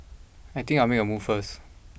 I think I'll make a move first